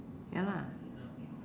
ya lah